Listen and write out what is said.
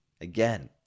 again